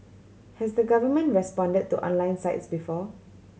has the government responded to online sites before